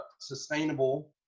sustainable